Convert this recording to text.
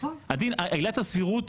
עילת הסבירות,